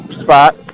spot